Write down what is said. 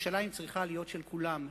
וירושלים צריכה להיות של כולם.